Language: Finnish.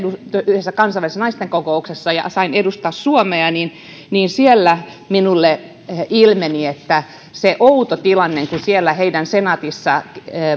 yhdessä kansainvälisessä naisten kokouksessa sain edustaa suomea ja siellä minulle ilmeni se outo tilanne että siellä heidän senaatissaan